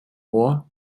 ohr